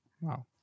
Wow